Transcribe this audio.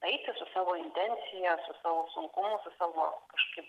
eiti savo intencija su savo sunkumu savo kažkaip